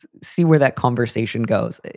see where that conversation goes.